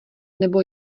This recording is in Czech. nebo